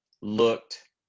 looked